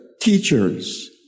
teachers